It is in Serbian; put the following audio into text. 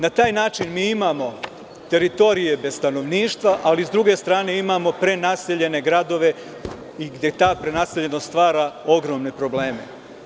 Na taj način imamo teritorije bez stanovništva, ali, sa druge strane, imamo prenaseljene gradove, gde ta prenaseljenost stvara ogromne probleme.